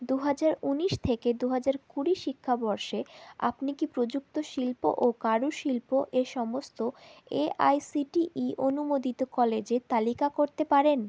দু হাজার উনিশ থেকে দু হাজার কুড়ি শিক্ষাবর্ষে আপনি কি প্রযুক্ত শিল্প ও কারুশিল্প এ সমস্ত এআইসিটিই অনুমোদিত কলেজের তালিকা করতে পারেন